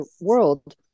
world